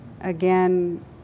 again